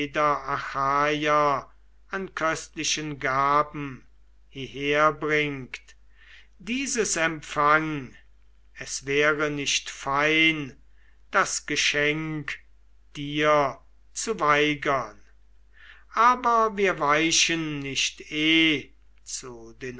an köstlichen gaben hieher bringt dieses empfang es wäre nicht fein das geschenk dir zu weigern aber wir weichen nicht eh zu